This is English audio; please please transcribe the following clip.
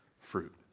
fruit